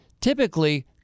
typically